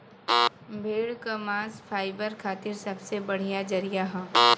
भेड़ क मांस फाइबर खातिर सबसे बढ़िया जरिया हौ